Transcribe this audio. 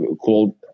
called